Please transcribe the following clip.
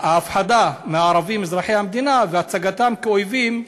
ההפחדה מהערבים אזרחי המדינה והצגתם כאויבים,